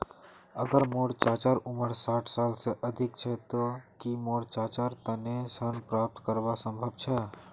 अगर मोर चाचा उम्र साठ साल से अधिक छे ते कि मोर चाचार तने ऋण प्राप्त करना संभव छे?